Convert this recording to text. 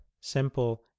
simple